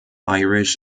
irish